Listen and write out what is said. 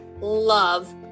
love